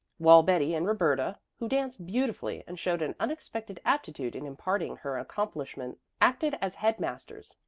while betty and roberta who danced beautifully and showed an unexpected aptitude in imparting her accomplishment acted as head-masters,